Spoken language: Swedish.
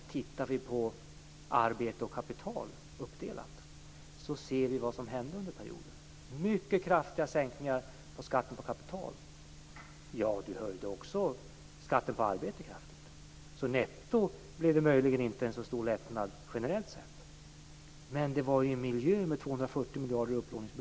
Tittar vi på arbete och kapital uppdelat ser vi vad som hände under perioden: mycket kraftiga sänkningar av skatten på kapital. Sedan höjde han också skatten på arbete kraftigt, så möjligen blev det netto inte så stor lättnad generellt sett. Men detta var i en miljö med 240 miljarder i upplåningsbehov.